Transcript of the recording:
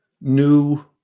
new